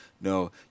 no